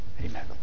amen